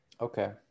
Okay